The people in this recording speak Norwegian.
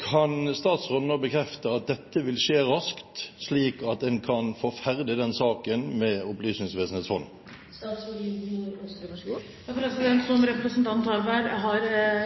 Kan statsråden nå bekrefte at dette vil skje raskt, slik at en kan få avsluttet saken om Opplysningsvesenets fond? Som representanten Harberg har